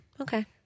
okay